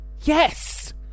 Yes